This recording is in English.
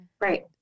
right